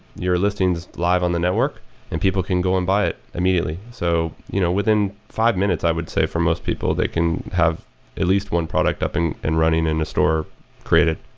your listing is live on the network and people can go and buy it immediately. so you know within five minutes, i would say for most people they can have at least one product up and and running in the store created